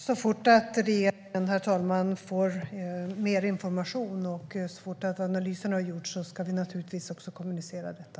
Herr talman! Så fort regeringen får mer information och analysen har gjorts ska vi naturligtvis kommunicera detta.